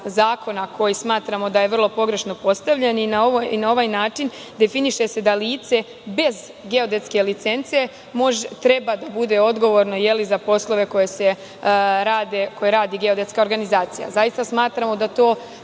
koji smatramo da je vrlo pogrešno postavljen i na ovaj način definiše se da lice bez geodetske licence treba da bude odgovorno za poslove koje radi geodetska organizacija. Zaista smatramo da to